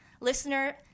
Listener